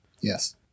Yes